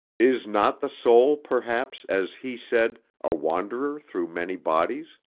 is not the soul, perhaps as he said a wanderer through many bodies?